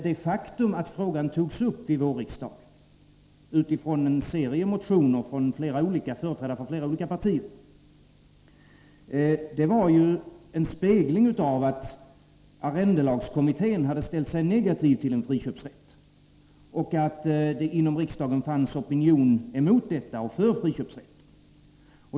Det faktum att frågan togs upp under vårriksdagen, utifrån en serie motioner från företrädare för flera olika partier, var en spegling av att arrendelagskommittén hade ställt sig negativ till en friköpsrätt och att det inom riksdagen fanns en opinion emot detta och för en friköpsrätt.